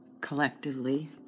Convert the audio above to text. collectively